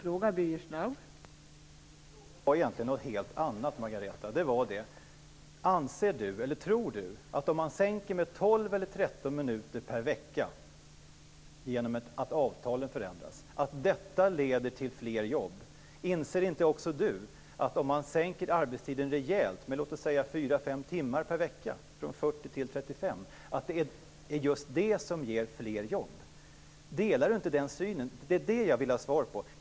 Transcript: Fru talman! Min fråga var egentligen en helt annan. Tror Margareta Winberg att en minskning av arbetstiden med 12-13 minuter per vecka genom att avtalen förändras leder till fler jobb? Inser inte även arbetsmarknadsministern att en rejäl minskning av arbetstiden, med låt oss säga fyra-fem timmar per vecka, från 40 timmar till 35 timmar, ger fler jobb? Delar inte arbetsmarknadsministern det synsättet? Det är detta som jag vill ha svar på.